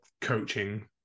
coaching